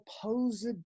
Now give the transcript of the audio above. supposed